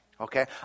okay